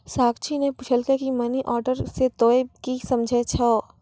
साक्षी ने पुछलकै की मनी ऑर्डर से तोंए की समझै छौ